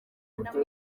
uburyo